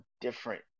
different